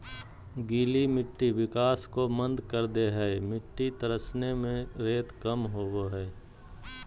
गीली मिट्टी विकास को मंद कर दे हइ मिटटी तरसने में रेत कम होबो हइ